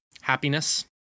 happiness